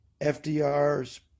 FDR's